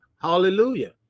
hallelujah